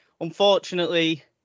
Unfortunately